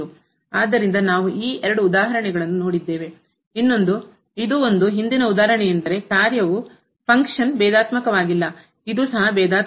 ಆದ್ದರಿಂದ ನಾವು ಈ ಎರಡು ಉದಾಹರಣೆಗಳನ್ನು ನೋಡಿದ್ದೇವೆ ಇನ್ನೊಂದು ಇದು ಒಂದು ಹಿಂದಿನ ಉದಾಹರಣೆಯೆಂದರೆ ಕಾರ್ಯವು ಫಂಕ್ಷನ್ ಭೇದಾತ್ಮಕವಾಗಿಲ್ಲ ಇದು ಸಹ ಭೇದಾತ್ಮಕವಾಗಿಲ್ಲ